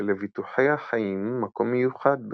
כשלביטוחי החיים מקום מיוחד בכך,